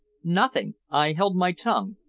nothing. i held my tongue.